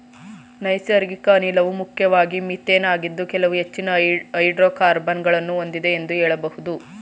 ನೈಸರ್ಗಿಕ ಅನಿಲವು ಮುಖ್ಯವಾಗಿ ಮಿಥೇನ್ ಆಗಿದ್ದು ಕೆಲವು ಹೆಚ್ಚಿನ ಹೈಡ್ರೋಕಾರ್ಬನ್ ಗಳನ್ನು ಹೊಂದಿದೆ ಎಂದು ಹೇಳಬಹುದು